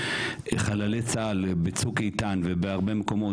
חללי צה"ל בצוק איתן ובהרבה מקומות,